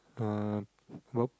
uh pur~